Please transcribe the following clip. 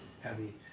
heavy